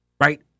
right